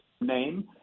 name